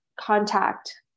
contact